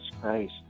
Christ